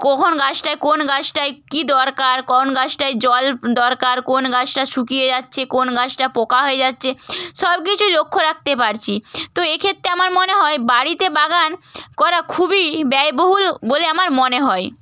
কখন গাছটায় কোন গাছটায় কী দরকার কোন গাছটায় জল দরকার কোন গাছটা শুকিয়ে যাচ্ছে কোন গাছটা পোকা হয়ে যাচ্ছে সব কিছুই লক্ষ্য রাখতে পারছি তো এক্ষেত্রে আমার মনে হয় বাড়িতে বাগান করা খুবই ব্যয় বহুল বলে আমার মনে হয়